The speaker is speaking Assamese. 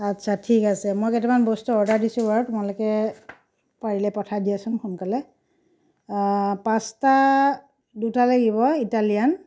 আচ্ছা ঠিক আছে মই কেইটামান বস্তু অৰ্ডাৰ দিছোঁ বাৰু তোমালোকে পাৰিলে পঠাই দিয়াচোন সোনকালে পাস্তা দুটা লাগিব ইটালিয়ান